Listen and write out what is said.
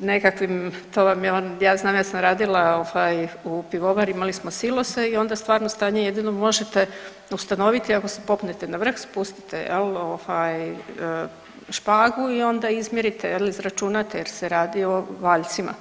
nekakvim, to vam ja znam ja sam radila u pivovari imali smo silose i onda stvarno stanje jedino možete ustanoviti ako se popnete na vrh, spustite špagu i onda izmjerite izračunate jel se radi o valjcima.